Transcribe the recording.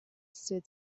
said